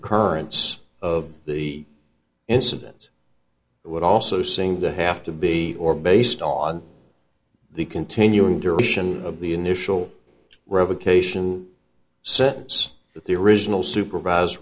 occurrence of the incident it would also seem to have to be or based on the continuing duration of the initial revocation sentence that the original supervised